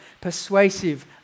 persuasive